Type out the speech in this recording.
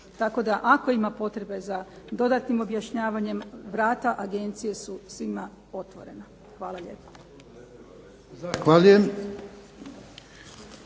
Tako da ako ima potrebe za dodatnim objašnjavanjem, vrata agencije su svima otvorena. Hvala lijepo.